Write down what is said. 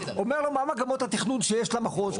אומר לו מה מגמות התכנון שיש למחוז,